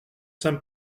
saint